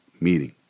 meeting